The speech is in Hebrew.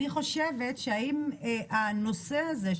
אני חושבת שאם הנושא הזה,